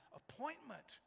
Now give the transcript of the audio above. appointment